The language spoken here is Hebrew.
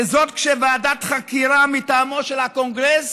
כשוועדת חקירה מטעמו של הקונגרס